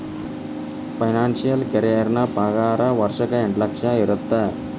financial career ಪಾಗಾರನ ವರ್ಷಕ್ಕ ಎಂಟ್ ಲಕ್ಷ ಇರತ್ತ